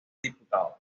diputados